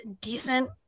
decent